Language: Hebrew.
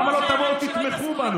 למה לא תבואו ותתמכו בנו?